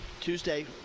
Tuesday